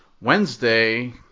Wednesday